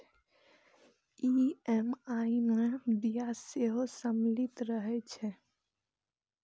EMI मे ब्याज सेहो सम्मिलित रहै छै